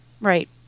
Right